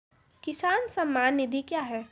किसान सम्मान निधि क्या हैं?